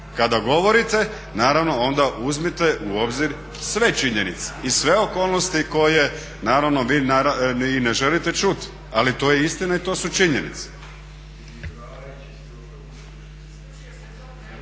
Kada govorite, naravno onda uzmite u obzir sve činjenice i sve okolnosti koje naravno vi ne želite čuti ali to je istina i to su činjenice.